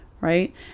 right